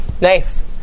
Nice